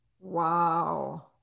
Wow